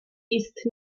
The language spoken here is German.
ist